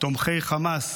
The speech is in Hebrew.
תומכי חמאס,